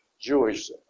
Jewish